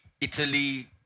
Italy